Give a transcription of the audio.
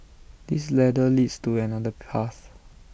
this ladder leads to another path